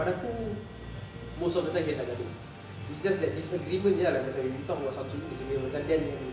pada aku most of the time kita tak gaduh it's just that disagreement jer ah like macam we talk about something disagree macam dan dengan ni